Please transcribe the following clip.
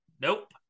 nope